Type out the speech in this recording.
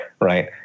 right